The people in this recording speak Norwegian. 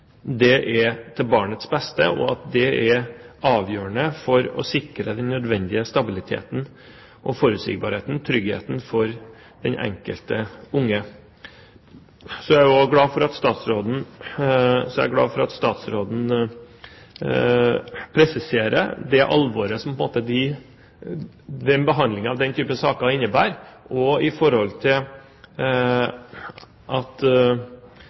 det er til barnets beste. Det er avgjørende for å sikre den nødvendige stabiliteten, forutsigbarheten og tryggheten for det enkelte barnet. Jeg er glad for at statsråden presiserer det alvoret som behandlingen av denne type saker innebærer, med hensyn til at adopsjon ikke skal være et enkelt virkemiddel å ty til. Vi har, som det er referert i